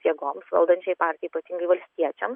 jėgoms valdančiajai partijai patiems valstiečiams